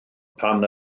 pan